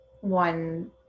one